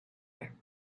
one